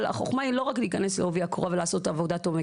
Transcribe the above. אבל החוכמה היא לא רק להיכנס לעובי הקורה ולעשות עבודה עומק,